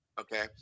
Okay